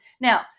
Now